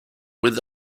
with